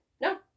no